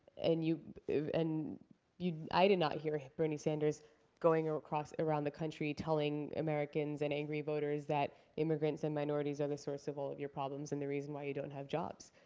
and you and you i did not hear bernie sanders going across around the country telling americans and angry voters that immigrants and minorities are the source of all of your problems and the reason why you don't have jobs.